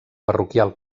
parroquial